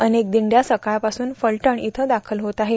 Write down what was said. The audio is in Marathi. अनेक दिंड्या सकाळपासून फलटण इथं दाखल होत आहेत